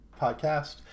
podcast